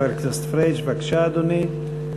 חבר הכנסת פריג' בבקשה, אדוני.